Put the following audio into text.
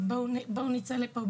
בואו נצא לפה,